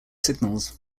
signals